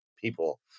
people